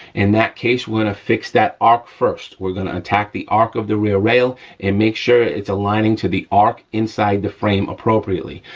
in that case we're gonna fix that arc first, we're gonna attack the arc of the rear rail and make sure it's aligning to the arc inside the frame appropriately.